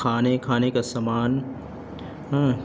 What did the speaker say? کھانے کھانے کا سامان ہوں